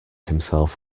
himself